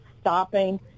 stopping